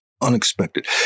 unexpected